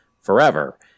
forever